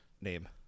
name